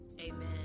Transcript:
Amen